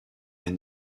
est